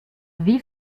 wie